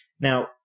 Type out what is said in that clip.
Now